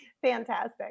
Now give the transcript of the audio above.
Fantastic